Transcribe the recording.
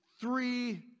three